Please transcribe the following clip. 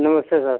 नमस्ते सर